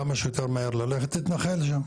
תתנחל שם.